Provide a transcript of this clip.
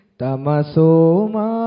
tamasoma